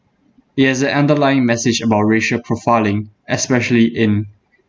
it has an underlying message about racial profiling especially in